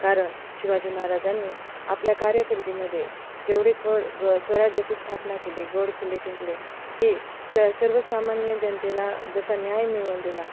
कारण शिवाजी महाराजांनी आपल्या कारकिर्दीमध्ये जेवढे कड गड स्वराज्याची स्थापना केली गड किल्ले जिंकले ही स सर्वसामान्य जनतेला जसा न्याय मिळवून दिला